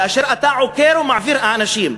כאשר אתה עוקר ומעביר אנשים,